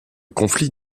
conflit